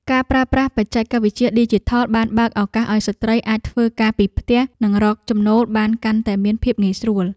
ការប្រើប្រាស់បច្ចេកវិទ្យាឌីជីថលបានបើកឱកាសឱ្យស្ត្រីអាចធ្វើការពីផ្ទះ និងរកចំណូលបានកាន់តែមានភាពងាយស្រួល។